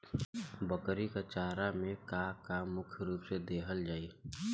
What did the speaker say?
बकरी क चारा में का का मुख्य रूप से देहल जाई?